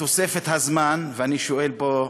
בתוספת הזמן, אני שואל פה,